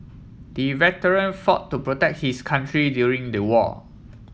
the veteran fought to protect his country during the war